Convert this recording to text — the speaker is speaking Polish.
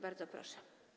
Bardzo proszę.